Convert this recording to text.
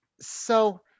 So-